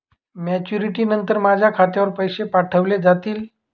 Maturity नंतर माझ्या खात्यावर पैसे पाठविले जातील?